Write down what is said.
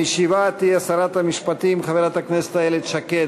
המשיבה תהיה שרת המשפטים חברת הכנסת איילת שקד.